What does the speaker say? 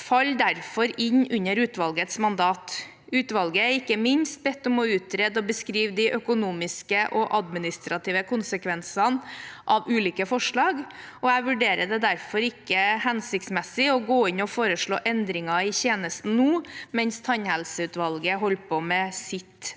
faller derfor inn under utvalgets mandat. Utvalget er ikke minst bedt om å utrede og beskrive de økonomiske og administrative konsekvensene av ulike forslag. Jeg vurderer det derfor ikke som hensiktsmessig å gå inn og foreslå endringer i tjenesten nå mens tannhelseutvalget holder på med sitt arbeid.